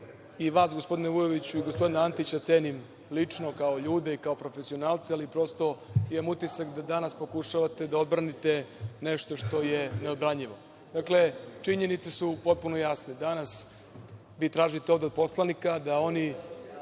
i vas, gospodine Vujoviću, i gospodina Antića cenim lično kao ljude i kao profesionalce, ali prosto imam utisak da danas pokušavate da odbranite nešto što je neodbranjivo. Dakle, činjenicu su potpuno jasne. Danas vi tražite ovde od poslanika da oni